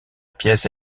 pièce